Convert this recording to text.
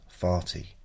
farty